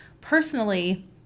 Personally